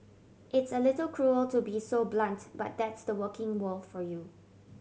it's a little cruel to be so blunt but that's the working world for you